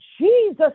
Jesus